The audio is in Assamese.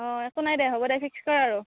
অঁ একো নাই দে হ'ব দে ফিক্স কৰ আৰু